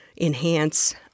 enhance